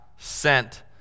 sent